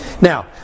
Now